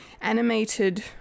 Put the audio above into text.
animated